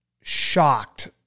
shocked